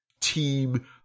team